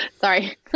Sorry